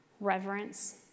reverence